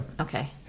Okay